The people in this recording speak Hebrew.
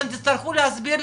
אתם תצטרכו להסביר לי,